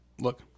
Look